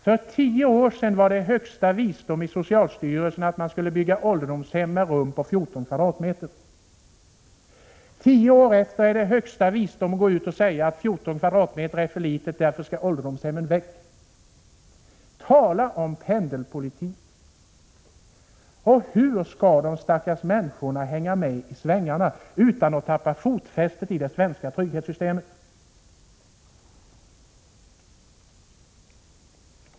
För tio år sedan var det alltså högsta visdom i socialstyrelsen att man skulle bygga ålderdomshem med rum på 14 m?. Tio år senare är det högsta visdom att säga att 14 m? är för litet och att ålderdomshemmen därför skall väck. Tala om pendelpolitik! Hur skall de stackars människorna hänga med i svängarna utan att tappa fotfästet i det svenska trygghetssystemet?